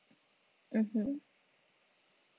mmhmm